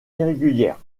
irrégulières